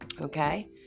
okay